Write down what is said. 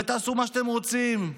ותעשו מה שאתם רוצים.